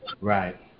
Right